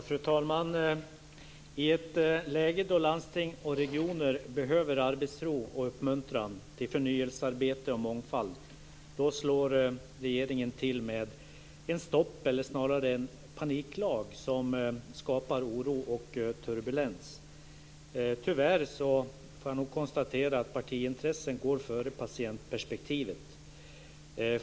Fru talman! I ett läge då landsting och regioner behöver arbetsro och uppmuntran till förnyelsearbete och mångfald slår regeringen till med en stopplag, eller snarare en paniklag, som skapar oro och turbulens. Tyvärr får jag nog konstatera att partiintressen går före patientperspektivet.